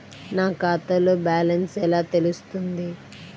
నా ఖాతాలో బ్యాలెన్స్ ఎలా తెలుస్తుంది?